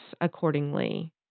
accordingly